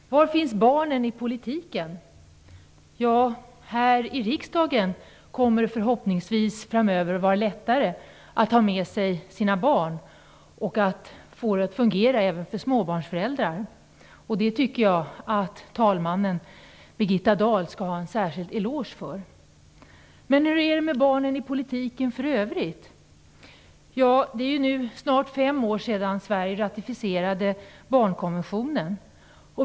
Herr talman! Var finns barnen i politiken? Ja, här i riksdagen kommer det förhoppningsvis framöver att vara lättare att ha med sig sina barn och att få det att fungera för även småbarnsföräldrar. Det tycker jag att talmannen Birgitta Dahl skall ha en särskild eloge för. Men hur är med barnen i politiken för övrigt? Ja, det är snart fem år sedan Sverige ratificerade barnkonventionen.